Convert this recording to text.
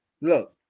look